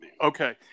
Okay